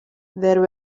there